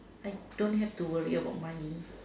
I don't have to worry about money